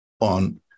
on